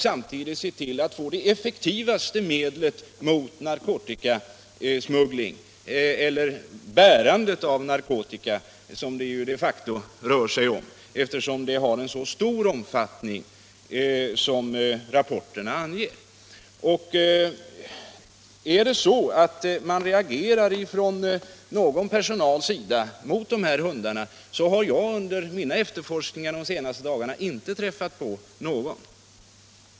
Samtidigt får man det effektivaste medlet mot narkotikasmugglingen — eller bärandet av narkotika, som det de facto rör sig om, eftersom det har en sådan stor omfattning, som rapporterna anger. Är det så att man reagerar bland personalen mot dessa hundar, så har i varje fall jag under mina efterforskningar de senaste dagarna inte träffat på någon som reagerat negativt.